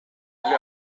эле